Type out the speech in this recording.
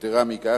יתירה מכך,